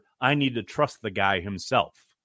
I-need-to-trust-the-guy-himself